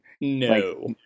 No